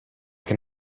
can